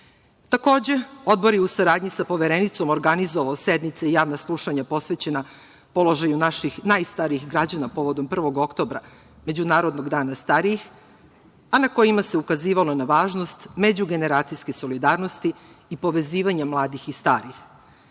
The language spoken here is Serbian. periodu. Takođe, Odbor je u saradnji sa Poverenicom organizovao sednice i javna slušanja posvećena položaju naših najstarijih građana povodom 1. oktobra Međunarodnog dana starih, a na kojima se ukazivalo na važnost međugeneracijske solidarnosti i povezivanje mladih i starih.